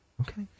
Okay